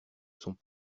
sont